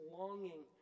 longing